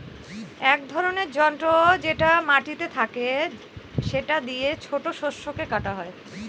এক ধরনের যন্ত্র যেটা মাটিতে থাকে সেটা দিয়ে ছোট শস্যকে কাটা হয়